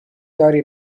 داری